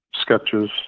sketches